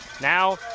Now